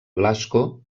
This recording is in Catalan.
blasco